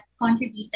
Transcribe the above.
contributed